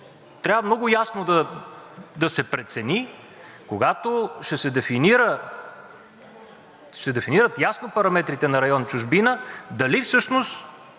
трябва много ясно да се прецени, когато ще се дефинират ясно параметрите на район „Чужбина“, дали всъщност